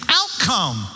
outcome